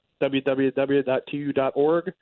www.tu.org